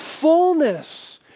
fullness